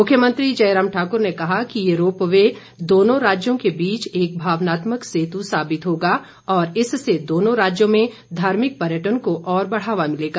मुख्यमंत्री जयराम ठाकूर ने कहा कि ये रोपवे दोनों राज्यों के बीच एक भावनात्मक सेतु साबित होगा और इससे दोनों राज्यों में धार्मिक पर्यटन को और बढ़ावा मिलेगा